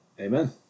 amen